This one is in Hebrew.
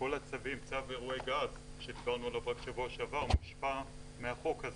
כל הצווים - צו אירועי גז שדיברנו עליו רק בשבוע שעבר מושפע מהחוק הזה,